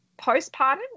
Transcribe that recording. postpartum